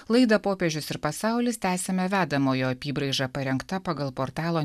laidą popiežius ir pasaulis tęsiame vedamojo apybraiža parengta pagal portalo